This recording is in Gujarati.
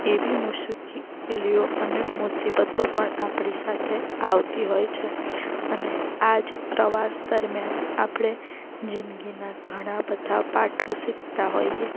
એવી મુશ્કેલીઓ અને મુસીબતો પણ આપણી સાથે આવતી હોય છે અને આ જ પ્રવાસ દરમ્યાન આપણે જિંદગીના ઘણાં બધા પાઠો શીખતા હોઈએ